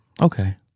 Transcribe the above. Okay